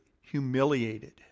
humiliated